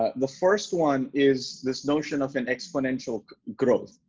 ah the first one is this notion of an exponential growth,